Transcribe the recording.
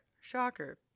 shocker